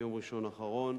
יום ראשון האחרון,